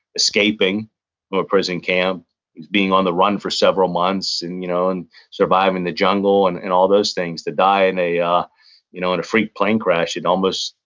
escaping from a prison camp and being on the run for several months and you know and surviving the jungle and and all those things. to die in a ah you know and a freak plane crash, it almost,